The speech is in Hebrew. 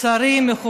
שרים, מכובדיי,